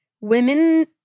Women